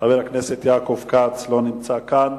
חבר הכנסת יעקב כץ, לא נמצא כאן.